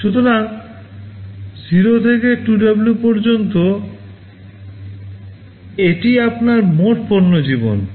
সুতরাং 0 পর্যন্ত 2W পর্যন্ত এটি আপনার মোট পণ্য জীবন